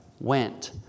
went